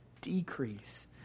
decrease